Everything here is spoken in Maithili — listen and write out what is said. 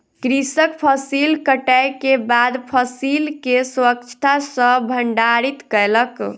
कृषक फसिल कटै के बाद फसिल के स्वच्छता सॅ भंडारित कयलक